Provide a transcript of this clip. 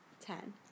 Ten